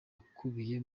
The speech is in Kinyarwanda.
bukubiye